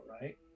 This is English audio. right